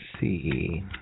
see –